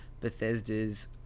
Bethesda's